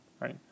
right